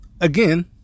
again